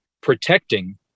protecting